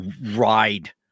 ride